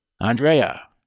Andrea